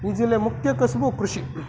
ಈ ಜಿಲ್ಲೆ ಮುಖ್ಯ ಕಸುಬು ಕೃಷಿ